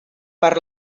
per